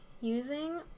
using